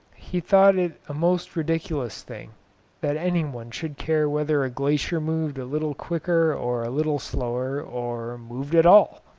he thought it a most ridiculous thing that any one should care whether a glacier moved a little quicker or a little slower, or moved at all.